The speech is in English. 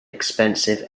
expensive